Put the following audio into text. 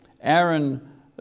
Aaron